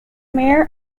mayor